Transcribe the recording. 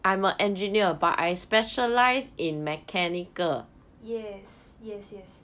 yes yes yes